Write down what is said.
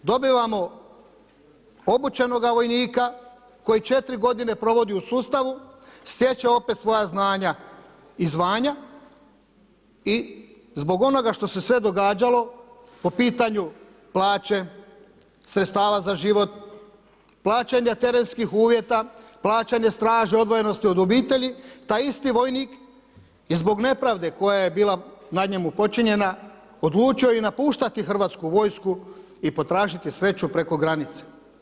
Dobivamo obučenoga vojnika koji četiri godine provodi u sustavu, stječe opet svoja znanja i zvanja i zbog onoga što se sve događalo po pitanju plaće, sredstava za život, plaćanja terenskih uvjeta, plaćanje straže, odvojenosti od obitelji taj isti vojnik je zbog nepravde koja je bila nad njim počinjena odlučio je i napuštati Hrvatsku vojsku i potražiti sreću preko granice.